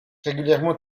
régulièrement